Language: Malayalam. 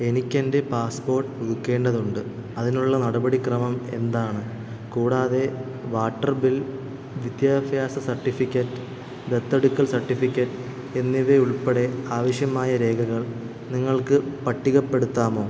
എനിക്ക് എൻ്റെ പാസ്പോർട്ട് പുതുക്കേണ്ടതുണ്ട് അതിനുള്ള നടപടി ക്രമം എന്താണ് കൂടാതെ വാട്ടർ ബിൽ വിദ്യാഭ്യാസ സർട്ടിഫിക്കറ്റ് ദത്തെടുക്കൽ സർട്ടിഫിക്കറ്റ് എന്നിവ ഉൾപ്പെടെ ആവശ്യമായ രേഖകൾ നിങ്ങൾക്ക് പട്ടികപ്പെടുത്താമോ